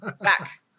back